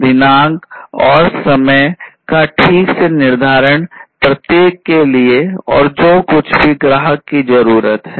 दिनांक और समय का ठीक से निर्धारण प्रत्येक के लिए और जो कुछ भी ग्राहक की जरूरत है